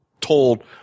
told